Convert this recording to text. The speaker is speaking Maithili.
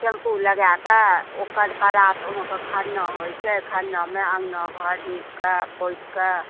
सैम्पु लगाकऽ ओकर प्रात अहाँके खरना होइ छै खरना मे अङ्गना घर निपकऽ पोतिकऽ